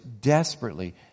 desperately